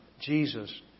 Jesus